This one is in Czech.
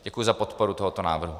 Děkuji za podporu tohoto návrhu.